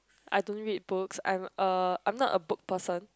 I don't read books I am uh I am not a book person